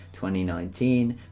2019